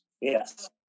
Yes